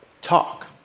talk